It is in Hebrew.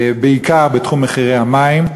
בעיקר בתחום מחירי המים,